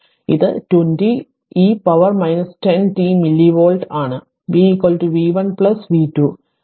അതിനാൽ ഇത് 20 e പവറിന് 10 t മില്ലി വോൾട്ട് ആണ് v v 1 പ്ലസ് v2